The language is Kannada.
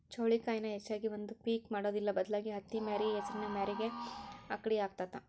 ಚೌಳಿಕಾಯಿನ ಹೆಚ್ಚಾಗಿ ಒಂದ ಪಿಕ್ ಮಾಡುದಿಲ್ಲಾ ಬದಲಾಗಿ ಹತ್ತಿಮ್ಯಾರಿ ಹೆಸರಿನ ಮ್ಯಾರಿಗೆ ಅಕ್ಡಿ ಹಾಕತಾತ